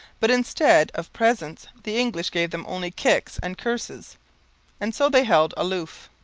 but instead of presents the english gave them only kicks and curses and so they held aloof.